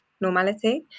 normality